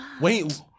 Wait